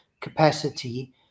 capacity